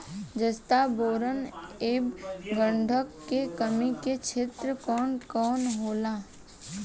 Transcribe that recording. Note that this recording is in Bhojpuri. जस्ता बोरान ऐब गंधक के कमी के क्षेत्र कौन कौनहोला?